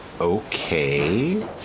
Okay